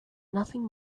nothing